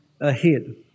ahead